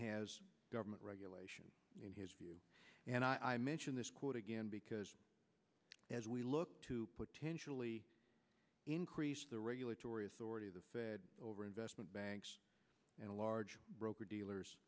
has government regulation in his view and i mention this quote again because as we look to potentially increase the regulatory authority of the fed over investment banks and a large broker dealers